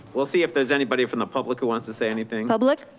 we'll see if there's anybody from the public who wants to say anything. public?